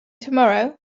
tomorrow